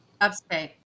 Upstate